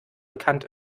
bekannt